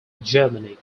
germany